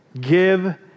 give